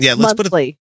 monthly